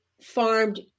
farmed